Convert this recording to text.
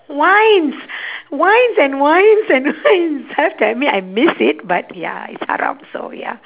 wines wines and wines and wines have to admit I miss it but ya it's haram so ya